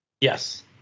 Yes